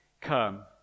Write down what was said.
come